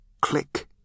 Click